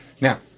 Now